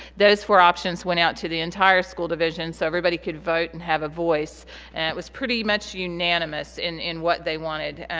those four options went out the entire school divisions so everybody could vote and have a voice and it was pretty much unanimous in in what they wanted.